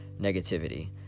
negativity